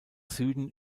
süden